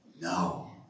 No